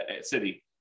city